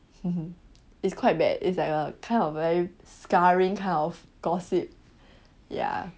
is quite bad it's like a kind of a scarring kind of gossip ya